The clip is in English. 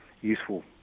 useful